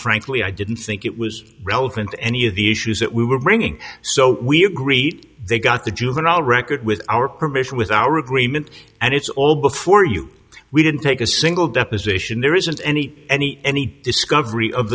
frankly i didn't think it was relevant to any of the issues that we were bringing so we agreed they got the juvenile record with our permission with our agreement and it's all before you we didn't take a single deposition there isn't any any any discovery of